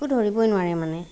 একো ধৰিবই নোৱাৰে মানে